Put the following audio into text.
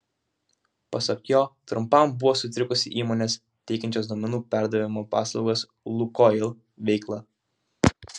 pasak jo trumpam buvo sutrikusi įmonės teikiančios duomenų perdavimo paslaugas lukoil veikla